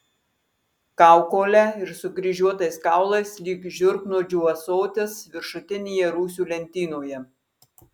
kaukole ir sukryžiuotais kaulais lyg žiurknuodžių ąsotis viršutinėje rūsio lentynoje